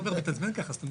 סעיף 9 157 ב'?